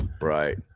Right